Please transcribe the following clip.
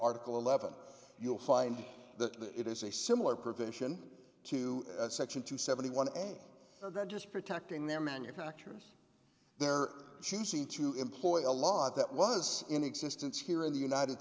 article eleven you'll find that it is a similar provision to section two seventy one and veges protecting their manufacturers their choosing to employ a law that was in existence here in the united